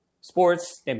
sports